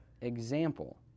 example